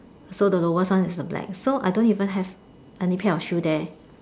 so the lowest one is a black so I don't even have any pair of shoe there